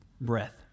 Breath